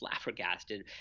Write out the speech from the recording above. flabbergasted